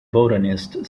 botanist